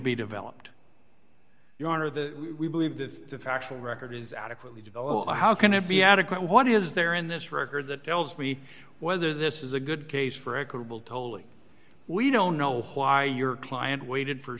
be developed your honor the we believe this is a factual record is adequately develop how can it be adequate what is there in this record that tells me whether this is a good case for equitable tolly we don't know why your client waited for